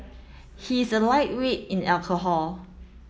he is a lightweight in alcohol